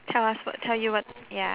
tell us what tell you what ya